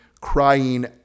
Crying